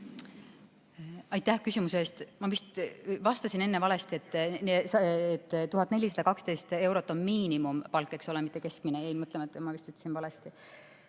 Aitäh küsimuse eest! Ma vist vastasin enne valesti. 1412 eurot on miinimumpalk, eks ole, mitte keskmine. Jäin mõtlema, et ma vist ütlesin valesti.